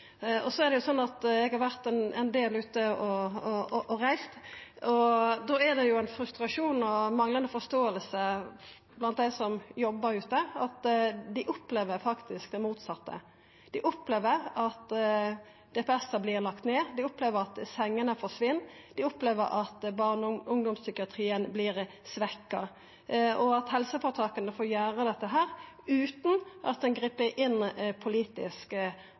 Eg har vore ein del ute og reist, og det er frustrasjon og manglande forståing blant dei som jobbar ute, for dei opplever faktisk det motsette. Dei opplever at DPS vert lagde ned, dei opplever at sengene forsvinn, dei opplever at barne- og ungdomspsykiatrien vert svekt, og at helseføretaka får gjera dette, utan at ein grip inn politisk.